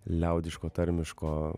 liaudiško tarmiško